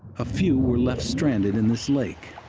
a few were left stranded in this lake,